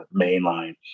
mainline